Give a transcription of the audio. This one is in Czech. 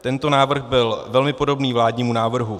Tento návrh byl velmi podobný vládnímu návrhu.